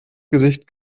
gesicht